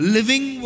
Living